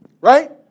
Right